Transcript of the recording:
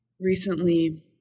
recently